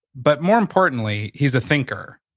but more importantly, he's a thinker.